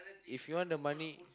if you want the money